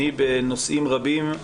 בנושאים רבים,